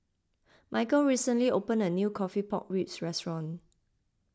Michial recently opened a new Coffee Pork Ribs Restaurant